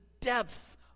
depth